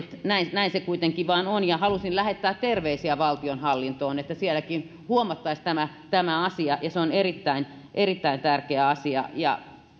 näin se kuitenkin vain on ja halusin lähettää terveisiä valtionhallintoon että sielläkin huomattaisiin tämä tämä asia ja se on erittäin tärkeä asia